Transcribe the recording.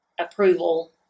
approval